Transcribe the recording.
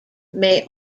may